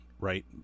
right